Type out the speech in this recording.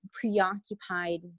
preoccupied